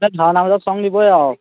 ভাওনাৰ মাজত চং দিবই আৰু